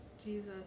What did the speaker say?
Jesus